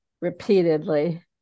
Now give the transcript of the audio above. repeatedly